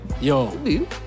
Yo